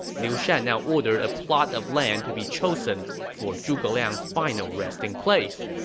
liu shan now ordered a plot of land to be chosen for zhuge liang's final resting place,